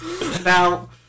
Now